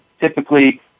Typically